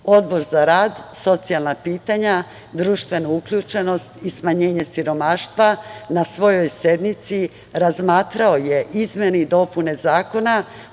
Odbor za rad, socijalna pitanja, društvenu uključenost i smanjenje siromaštva na svojoj sednici razmatrao je izmene i dopune Zakona